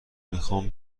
میخام